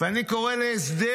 ואני קורא להסדר.